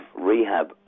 rehab